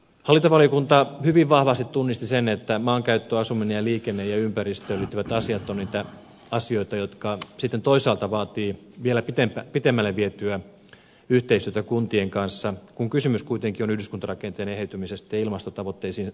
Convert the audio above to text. hallintovaliokunta hyvin vahvasti tunnisti sen että maankäyttöön asumiseen liikenteeseen ja ympäristöön liittyvät asiat ovat niitä asioita jotka sitten toisaalta vaativat vielä pidemmälle vietyä yhteistyötä kuntien kanssa kun kysymys kuitenkin on yhdyskuntarakenteen eheytymisestä ja ilmastotavoitteisiin vastaamisesta